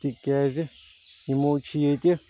تِکیازِ یِمو چھِ ییٚتہِ